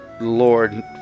Lord